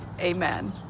amen